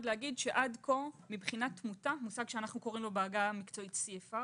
עד כה מבחינת תמונה מושג שאנחנו קוראים לו בעגה המקצועית CFR